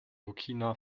burkina